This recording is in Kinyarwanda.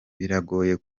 biragoye